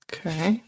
Okay